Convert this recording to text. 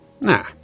Nah